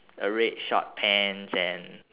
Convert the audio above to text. a red short pants and